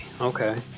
Okay